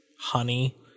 honey